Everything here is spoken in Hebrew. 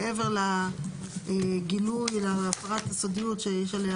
מעבר לגילוי להפרת הסודיות שיש עליה